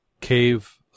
cave